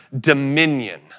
dominion